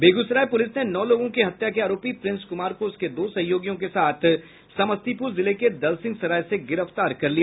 Begusarai police ने नौ लोगों की हत्या के आरोपी प्रिंस कुमार को उसके दो सहयोगियों के साथ समस्तीपुर जिले के दलसिंहसराय से गिरफ्तार कर लिया